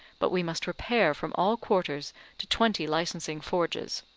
but we must repair from all quarters to twenty licensing forges?